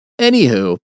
Anywho